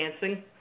dancing